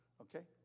Okay